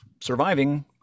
surviving